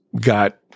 got